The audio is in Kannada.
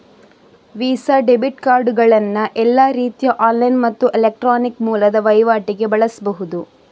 ವೀಸಾ ಡೆಬಿಟ್ ಕಾರ್ಡುಗಳನ್ನ ಎಲ್ಲಾ ರೀತಿಯ ಆನ್ಲೈನ್ ಮತ್ತು ಎಲೆಕ್ಟ್ರಾನಿಕ್ ಮೂಲದ ವೈವಾಟಿಗೆ ಬಳಸ್ಬಹುದು